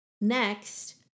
Next